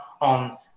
on